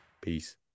peace